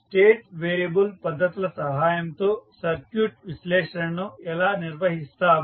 state variable పద్ధతుల సహాయంతో circuit విశ్లేషణను ఎలా నిర్వహిస్తాము